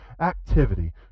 activity